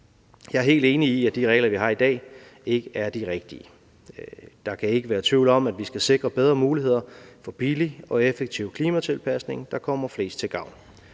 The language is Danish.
Jeg er helt enig i, at de regler, vi har i dag, ikke er de rigtige. Der kan ikke være tvivl om, at vi skal sikre bedre muligheder for billig og effektiv klimatilpasning, der kommer flest til gavn.